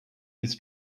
this